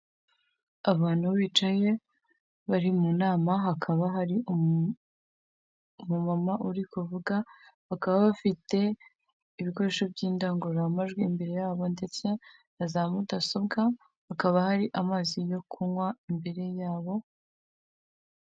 Abantu bicaye bari mu nama hakaba hari umumama uri kuvuga, bakaba bafite ibikoresho by'indangururamajwi imbere yabo ndetse na za mudasobwa, hakaba hari amazi yo kunywa imbere yabo.